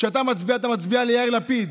כשאתה מצביע, אתה מצביע ליאיר לפיד,